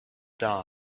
dawn